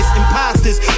imposters